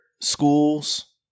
schools